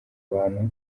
bantu